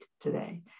today